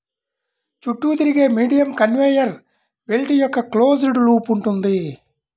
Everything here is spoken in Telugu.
చుట్టూ తిరిగే మీడియం కన్వేయర్ బెల్ట్ యొక్క క్లోజ్డ్ లూప్ ఉంటుంది